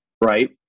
right